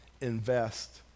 invest